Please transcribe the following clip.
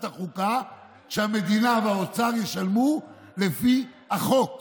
החוקה שהמדינה והאוצר ישלמו לפי החוק